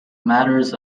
matters